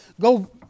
go